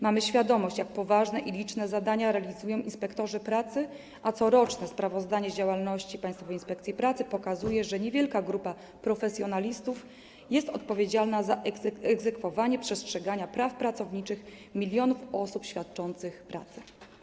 Mamy świadomość, jak poważne i liczne zadania realizują inspektorzy pracy, a coroczne sprawozdanie z działalności Państwowej Inspekcji Pracy pokazuje, że niewielka grupa profesjonalistów jest odpowiedzialna za egzekwowanie przestrzegania praw pracowniczych milionów osób świadczących pracę.